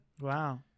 Wow